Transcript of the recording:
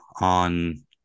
on